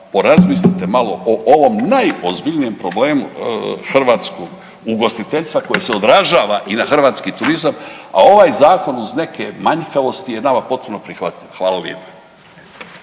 porazmislite malo o ovom najozbiljnijem problemu hrvatskog ugostiteljstva koji se odražava i na hrvatski turizam, a ovaj zakon uz neke manjkavosti je nama potpuno prihvatljiv. Hvala lijepo.